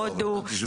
הודו,